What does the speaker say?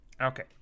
Okay